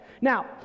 Now